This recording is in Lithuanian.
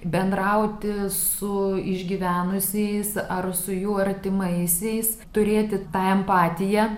bendrauti su išgyvenusiais ar su jų artimaisiais turėti tą empatiją